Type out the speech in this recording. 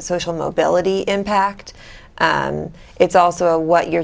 social mobility impact and it's also what your